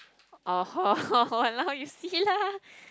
orh hor !walao! you see lah